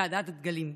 צעדת דגלים.